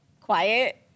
quiet